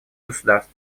государств